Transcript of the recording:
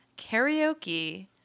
karaoke